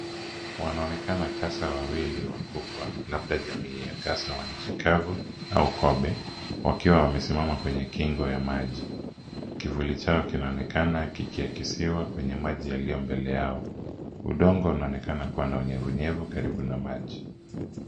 Wanaonekana tasa wawili wakubwa labda jamii ya kasa wa nchi kavu au kobe wakiwa wamesimama kwenye kingo ya maji. Kivuli chao kinaonekana kikiakisiwa kwenye maji yaliyo mbele yao. Udongo unaonekana kuwa na unyevunyevu karibu na maji.